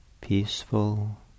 peaceful